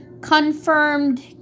confirmed